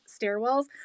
stairwells